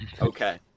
Okay